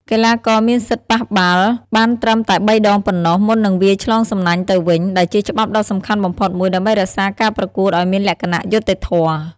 កីឡាករមានសិទ្ធិប៉ះបាល់បានត្រឹមតែបីដងប៉ុណ្ណោះមុននឹងវាយឆ្លងសំណាញ់ទៅវិញ ដែលជាច្បាប់ដ៏សំខាន់បំផុតមួយដើម្បីរក្សាការប្រកួតឲ្យមានលក្ខណៈយុត្តិធម៌។